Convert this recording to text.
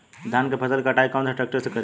धान के फसल के कटाई कौन सा ट्रैक्टर से करी?